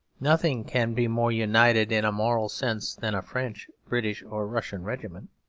nothing can be more united in a moral sense than a french, british, or russian regiment.